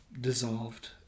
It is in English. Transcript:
dissolved